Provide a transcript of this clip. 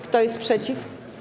Kto jest przeciw?